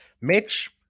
Mitch